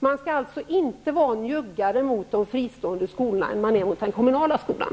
Man skall alltså inte vara njuggare mot de fristående skolorna än man är mot den kommunala skolan.